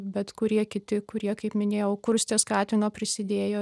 bet kurie kiti kurie kaip minėjau kurstė skatino prisidėjo